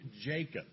Jacob